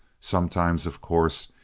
sometimes, of course,